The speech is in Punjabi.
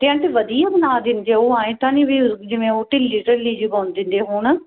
ਅਤੇ ਆਂਟੀ ਵਧੀਆ ਬਣਾ ਦਿੰਦੇ ਉਹ ਐਂ ਤਾਂ ਨਹੀਂ ਵੀ ਜਿਵੇਂ ਉਹ ਢਿੱਲੀ ਢਿੱਲੀ ਜੀ ਬੁਣ ਦਿੰਦੇ ਹੋਣ